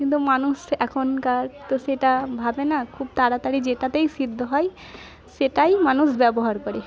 কিন্তু মানুষ এখনকার তো সেটা ভাবে না খুব তাড়াতাড়ি যেটাতেই সেদ্ধ হয় সেটাই মানুষ ব্যবহার করে